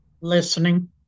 Listening